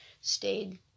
stayed